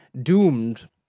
doomed